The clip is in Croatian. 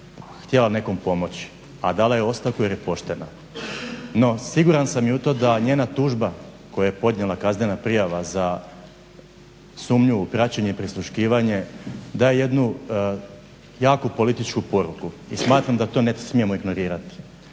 htjela nekom pomoći, a dala je ostavku jer je poštena. No, siguran sam i u to da njena tužba koju je podnijela kaznena prijava da sumnju na praćenje, prisluškivanje daje jednu jaku političku poruku i smatram da to ne smijemo ignorirati.